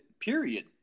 Period